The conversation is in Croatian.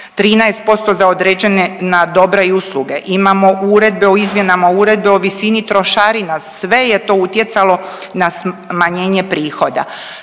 13% za određena dobra i usluge. Imamo uredbe o izmjenama Uredbe o visini trošarina, sve je to utjecalo na smanjenje prihoda.